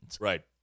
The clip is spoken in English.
Right